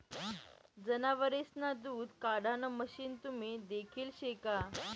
जनावरेसना दूध काढाण मशीन तुम्ही देखेल शे का?